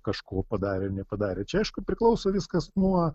kažko padarė nepadarė čia aišku priklauso viskas nuo